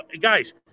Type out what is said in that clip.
guys